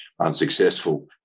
unsuccessful